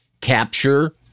capture